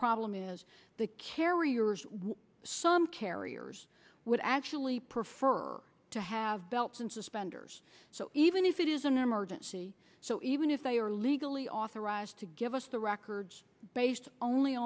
problem is the carriers why some carriers would actually prefer to have belts and suspenders so even if it is an emergency so even if they are legally authorized to give us the records based only